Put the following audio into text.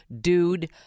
dude